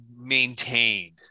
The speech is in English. maintained